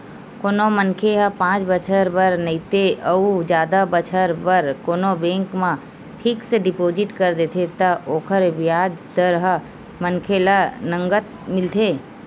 कोनो मनखे ह पाँच बछर बर नइते अउ जादा बछर बर कोनो बेंक म फिक्स डिपोजिट कर देथे त ओकर बियाज दर ह मनखे ल नँगत मिलथे